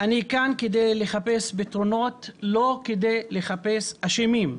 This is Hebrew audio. אני כאן כדי לחפש פתרונות, לא כדי לחפש אשמים.